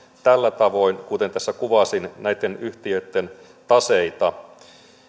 tällä tavoin kuten tässä kuvasin näitten yhtiöitten taseita